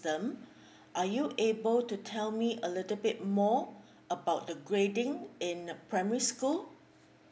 system are you able to tell me a little bit more about the grading in primary school